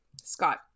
Scott